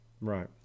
Right